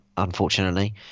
unfortunately